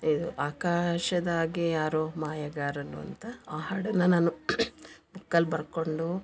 ಇದು ಆಕಾಶದಾಗೆ ಯಾರೊ ಮಾಯಗಾರನು ಅಂತ ಆ ಹಾಡನ್ನ ನಾನು ಬುಕ್ಕಲ್ಲಿ ಬರ್ಕೊಂಡು